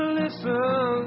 listen